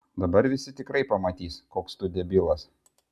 dabar visi tikrai pamatys koks tu debilas